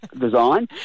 design